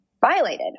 violated